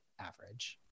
average